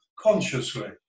consciously